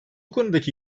konudaki